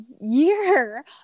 year